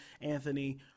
Anthony